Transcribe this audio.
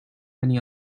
many